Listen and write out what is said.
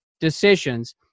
decisions